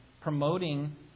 promoting